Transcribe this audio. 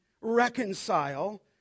reconcile